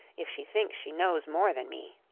if she thinks she knows more than me